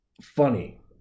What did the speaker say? funny